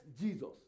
Jesus